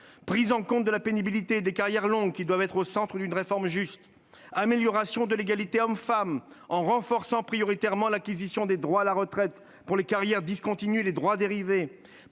prise en compte de la pénibilité et des carrières longues qui doivent être au centre d'une réforme de justice ; amélioration de l'égalité entre les hommes et les femmes, en renforçant prioritairement l'acquisition de droits à la retraite pour les carrières discontinues et les droits dérivés.